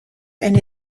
and